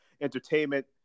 Entertainment